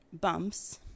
bumps